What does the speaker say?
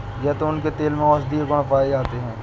जैतून के तेल में औषधीय गुण पाए जाते हैं